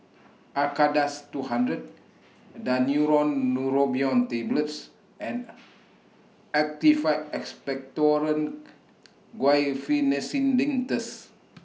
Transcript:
Acardust two hundred Daneuron Neurobion Tablets and Actified Expectorant Guaiphenesin Linctus